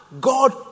God